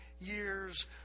years